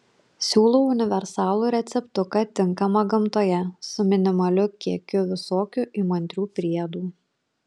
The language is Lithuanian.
siūlau universalų receptuką tinkamą gamtoje su minimaliu kiekiu visokių įmantrių priedų